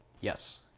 Yes